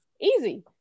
easy